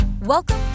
Welcome